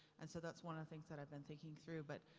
and so that's one of the things that i've been thinking through, but,